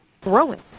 growing